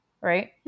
right